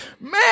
Man